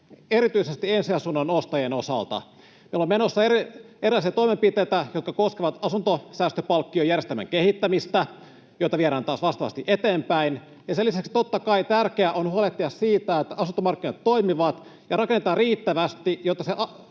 erityisesti ensiasunnon ostajien osalta. Meillä on menossa erilaisia toimenpiteitä, jotka koskevat asuntosäästöpalkkiojärjestelmän kehittämistä, jota viedään taas vastaavasti eteenpäin. Ja sen lisäksi totta kai tärkeää on huolehtia siitä, että asuntomarkkinat toimivat ja rakennetaan riittävästi,